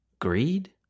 greed